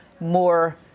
more